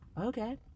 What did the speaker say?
okay